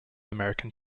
american